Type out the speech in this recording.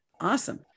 Awesome